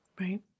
right